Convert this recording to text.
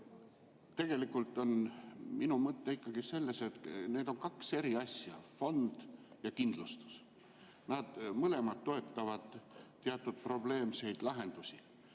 Tegelikult on minu mõte ikkagi selles, et need on kaks eri asja – fond ja kindlustus. Nad mõlemad toetavad teatud probleemseid lahendusi.